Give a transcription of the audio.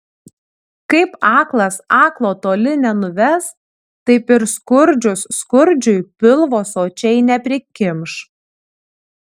kaip aklas aklo toli nenuves taip ir skurdžius skurdžiui pilvo sočiai neprikimš